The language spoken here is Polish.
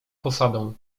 posadą